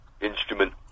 instrument